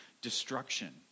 destruction